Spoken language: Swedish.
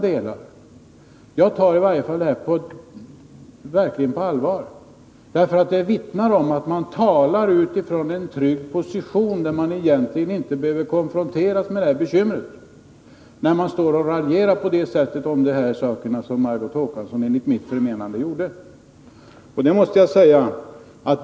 Men jag tar verkligen denna fråga på allvar. Detta vittnar om att man talar från en trygg position, där man egentligen inte behöver konfronteras med dessa bekymmer, när man står och raljerar om dessa saker på det sätt som Margot Håkansson enligt mitt förmenande gjorde.